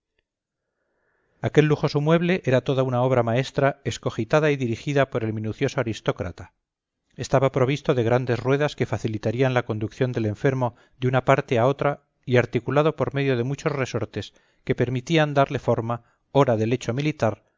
aquel lujoso mueble era toda una obra maestra excogitada y dirigida por el minucioso aristócrata estaba provisto de grandes ruedas que facilitarían la conducción del enfermo de una parte a otra y articulado por medio de muchos resortes que permitían darle forma ora de lecho militar